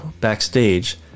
backstage